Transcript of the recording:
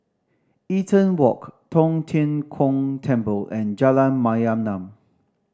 Eaton Walk Tong Tien Kung Temple and Jalan Mayaanam